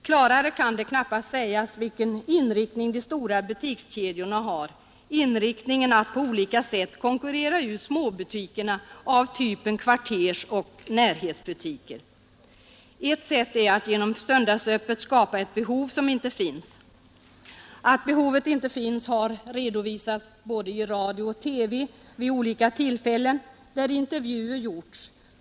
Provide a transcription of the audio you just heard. Klarare kan det knappast sägas vilken inriktning de stora butikskedjorna har, inriktningen att på olika sätt konkurrera ut småbutikerna av typen kvartersoch närhetsbutiker. Ett sätt är att genom söndagsöppet skapa ett behov som inte finns. Att behovet inte finns har redovisats i både radio och TV vid olika tillfällen, där intervjuer gjorts.